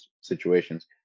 situations